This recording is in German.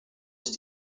ist